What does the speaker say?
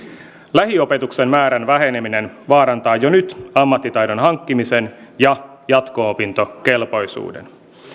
lähiopetuksen määrän väheneminen vaarantaa jo nyt ammattitaidon hankkimisen ja jatko opintokelpoisuuden